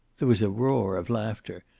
there was a roar of laughter,